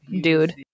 dude